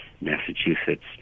massachusetts